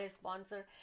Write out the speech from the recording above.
sponsor